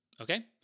Okay